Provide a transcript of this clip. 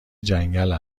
جنگل